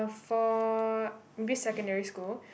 ah for maybe secondary school